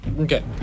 Okay